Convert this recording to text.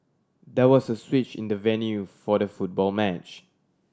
there was a switch in the venue for the football match